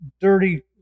dirty